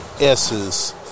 S's